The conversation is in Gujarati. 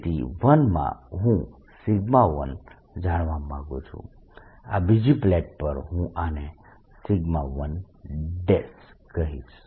સ્થિતિ 1 માં હું 1 જાણવા માંગું છું આ બીજી પ્લેટ પર હું આને 1 કહીશ